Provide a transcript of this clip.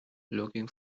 looking